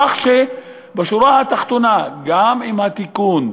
כך שבשורה התחתונה גם עם התיקון,